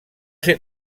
ser